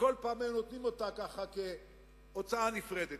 שכל פעם היינו נותנים אותה ככה כהוצאה נפרדת.